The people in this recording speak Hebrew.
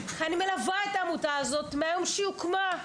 כי אני מלווה את העמותה הזאת מהיום שהיא הוקמה.